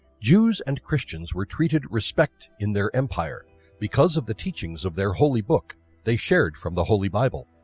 jews and christians were treated respect in their empire because of the teachings of their holy book they shared from the holy bible.